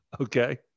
Okay